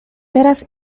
teraz